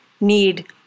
need